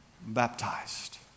baptized